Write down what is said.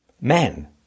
Men